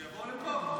שיבואו לפה.